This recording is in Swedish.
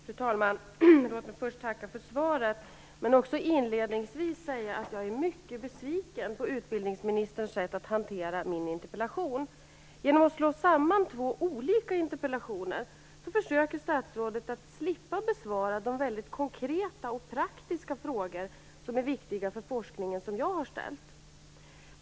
Fru talman! Låt mig först tacka för svaret. Jag vill inledningsvis säga att jag är mycket besviken på utbildningsministerns sätt att hantera min interpellation. Genom att slå samman svaren på två olika interpellationer försöker statsrådet slippa besvara de väldigt konkreta och praktiska frågor som är viktiga för forskningen som jag har ställt.